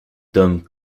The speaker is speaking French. dom